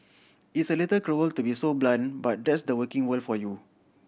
it's a little cruel to be so blunt but that's the working world for you